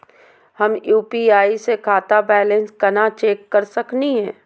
हम यू.पी.आई स खाता बैलेंस कना चेक कर सकनी हे?